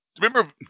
Remember